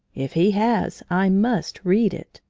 if he has, i must read it!